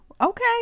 okay